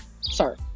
sir